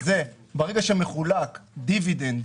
ברגע שמחולק דיבידנד